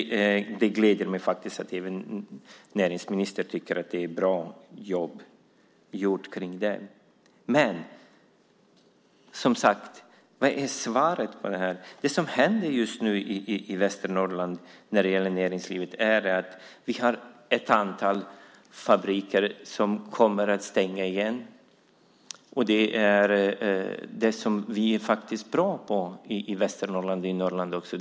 Det gläder mig faktiskt att även näringsministern tycker att det har gjorts ett bra jobb i fråga om den. Men vad är svaret? Det som händer just nu i Västernorrland när det gäller näringslivet är att vi har ett antal fabriker som kommer att stängas. Det handlar om sådant som vi faktiskt är bra på i Västernorrland och i hela Norrland.